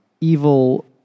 evil